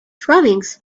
drawings